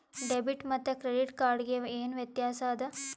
Debit ಮತ್ತ credit card ಗೆ ಏನ ವ್ಯತ್ಯಾಸ ಆದ?